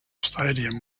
stadium